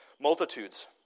Multitudes